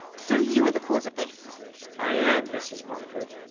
so you are the cause of this i am, mrs. mumford,